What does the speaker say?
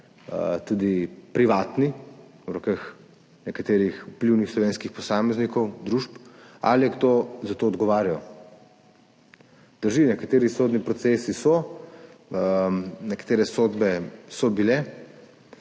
tudi privatni, v rokah nekaterih vplivnih slovenskih posameznikov, družb – odgovarjal? Drži, nekateri sodni procesi so, nekatere sodbe so bile,